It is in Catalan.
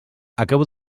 acabo